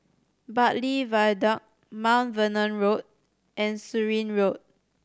Bartley Viaduct Mount Vernon Road and Surin Road